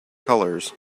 colors